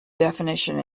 definition